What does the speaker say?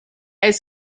est